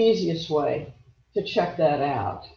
easiest way to check that out